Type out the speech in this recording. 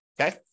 okay